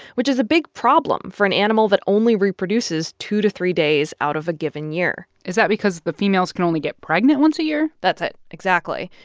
which is a big problem for an animal that only reproduces two to three days out of a given year is that because the females can only get pregnant once a year? that's it, exactly.